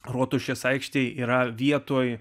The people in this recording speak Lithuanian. rotušės aikštėje yra vietoj